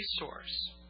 resource